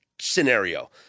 scenario